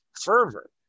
fervor